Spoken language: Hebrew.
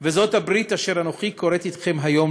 "וזאת הברית אשר אנוכי כורת אתכם היום